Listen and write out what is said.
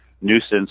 nuisance